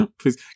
Please